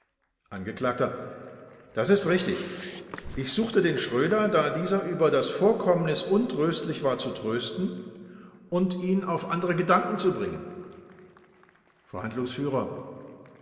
angekl das ist richtig ich suchte den schröder da dieser über das vorkommnis untröstlich war zu trösten und ihn auf andere gedanken zu bringen